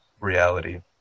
reality